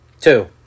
Two